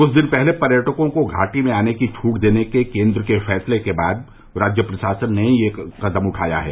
कुछ दिन पहले पर्यटकों को घाटी में आने की छूट देने के केंद्र के फैसले के बाद राज्य प्रशासन ने यह कदम उठाया है